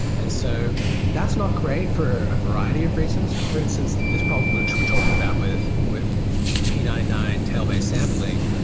and so that's not great for a variety of reasons. for instance, this problem which we're talking about with with p nine nine tail-based sampling,